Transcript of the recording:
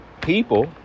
people